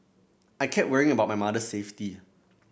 I kept worrying about my mother safety